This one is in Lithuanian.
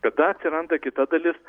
tada atsiranda kita dalis